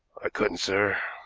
i couldn't, sir.